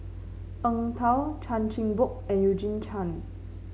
Eng Tow Chan Chin Bock and Eugene Chen